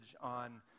on